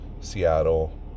Seattle